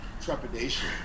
trepidation